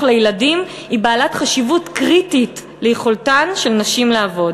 לילדים היא בעלת חשיבות קריטית ליכולתן של נשים לעבוד.